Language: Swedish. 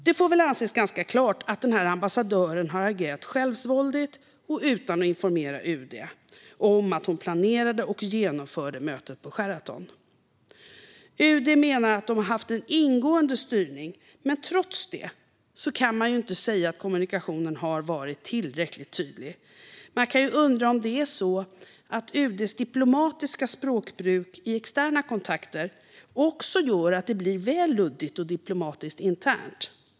Det får väl anses ganska klart att ambassadören har agerat självsvåldigt och utan att informera UD om att hon planerade och genomförde mötet på Sheraton. UD menar att de har haft en ingående styrning, men trots det kan man inte säga att kommunikationen har varit tillräckligt tydlig. Man kan undra om det är så att UD:s diplomatiska språkbruk i externa kontakter också gör att det blir väl luddigt och diplomatiskt internt.